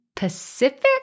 Pacific